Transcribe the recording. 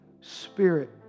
Spirit